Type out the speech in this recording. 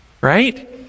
Right